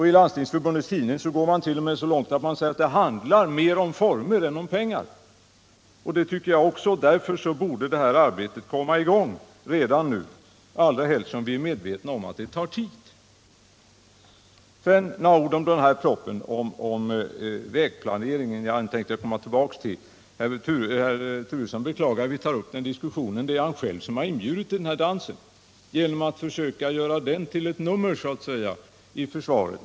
I Landstingsförbundets tidning går man t.o.m. så långt att man säger att det handlar mer om former än om pengar. Därför borde detta arbete komma i gång redan nu, allra helst som vi är medvetna om att det tar tid. Sedan några ord om propositionen om vägplaneringen, som jag inte hade tänkt komma tillbaks till. Herr Turesson beklagar att vi har tagit upp en diskussion om den frågan, men det är han själv som har inbjudit till den dansen genom att göra denna proposition till ett nummer i sitt försvar.